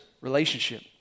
relationship